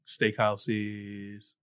steakhouses